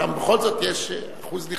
שם בכל זאת יש אחוז נכבד.